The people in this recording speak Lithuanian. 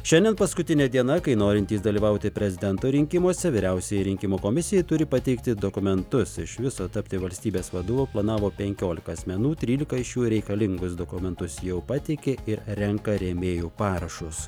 šiandien paskutinė diena kai norintys dalyvauti prezidento rinkimuose vyriausiajai rinkimų komisijai turi pateikti dokumentus iš viso tapti valstybės vadovo planavo penkiolika asmenų trylika iš jų reikalingus dokumentus jau pateikė ir renka rėmėjų parašus